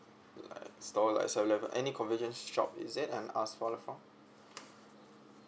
like store like seven eleven any convenience shop is it and ask for the form